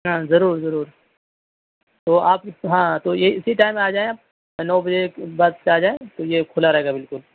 ہاں ضرور ضرور تو آپ ہاں تو یہ اسی ٹائم میں آ جائیں آپ نو بجے کے بعد سے آ جائیں تو یہ کھلا رہے گا بالکل